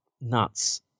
nuts